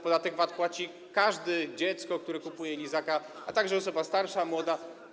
Podatek VAT płaci każdy - dziecko, które kupuje lizaka, a także osoba starsza, młoda.